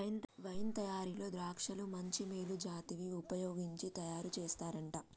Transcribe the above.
wine తయారీలో ద్రాక్షలను మంచి మేలు జాతివి వుపయోగించి తయారు చేస్తారంట